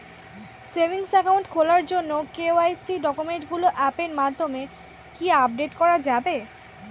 Savings account খোলার জন্য KYC ডকুমেন্টগুলো অ্যাপের মাধ্যমে কি আপডেট করা যাবে?